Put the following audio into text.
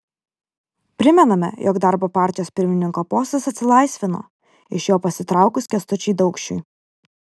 primename jog darbo partijos pirmininko postas atsilaisvino iš jo pasitraukus kęstučiui daukšiui